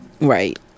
Right